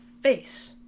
face